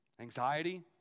anxiety